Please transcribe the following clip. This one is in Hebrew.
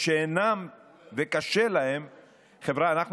הסכמים סופר-חשובים